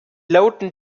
lauten